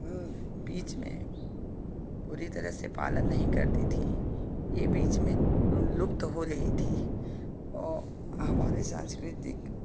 बीच में पूरी तरह से पालन नहीं करती थी यह बीच में लुप्त हो गई थी और हमारे संस्कृतिक